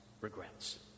regrets